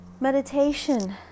Meditation